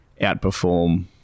outperform